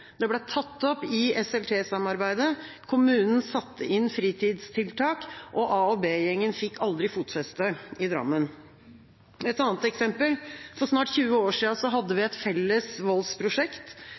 Det ble tatt opp i SLT-samarbeidet, kommunen satte inn fritidstiltak, og A- og B-gjengen fikk aldri fotfeste i Drammen. Et annet eksempel: For snart 20 år siden hadde vi